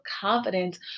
confidence